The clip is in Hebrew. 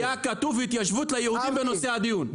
מרגי, לא היה כתוב התיישבות ליהודים בנושא הדיון.